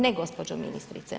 Ne gospođo ministrice.